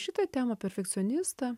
šitą temą perfekcionistą